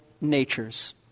natures